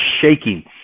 shaking